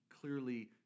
clearly